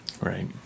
right